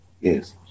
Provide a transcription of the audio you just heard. Yes